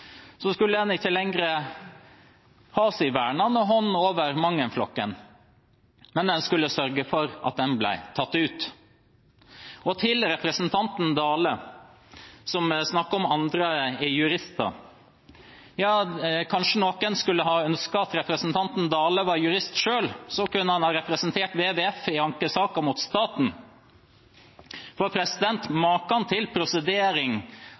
så vidt også festet lit til representantene fra Fremskrittspartiet, som ga uttrykk for at når de nå var ute av regjering, skulle en ikke lenger holde sin vernende hånd over Mangen-flokken, men en skulle sørge for at den ble tatt ut. Til representanten Dale, som snakker om at andre er jurister: Kanskje noen skulle ha ønsket at representanten Dale var jurist selv, så kunne han ha representert WWF i